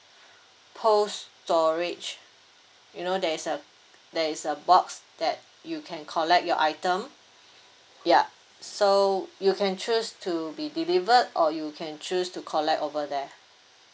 post storage you know there is a there is a box that you can collect your item ya so you can choose to be delivered or you can choose to collect over there